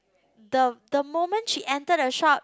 the the moment she enter the shop